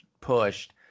pushed